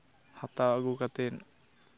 ᱦᱟᱛᱟᱣ ᱟᱹᱜᱩ ᱠᱟᱛᱮᱫ